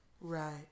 Right